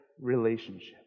relationship